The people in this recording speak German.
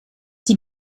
die